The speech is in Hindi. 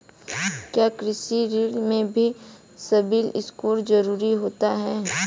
क्या कृषि ऋण में भी सिबिल स्कोर जरूरी होता है?